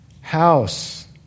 House